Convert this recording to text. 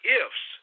ifs